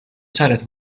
saret